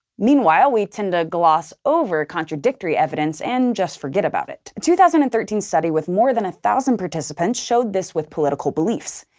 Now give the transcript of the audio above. meanwhile, we tend to gloss over contradictory evidence and just forget about it. a two thousand and thirteen study with more than a thousand participants showed this with political beliefs.